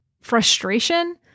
frustration